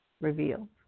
revealed